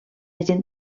gent